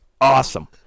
Awesome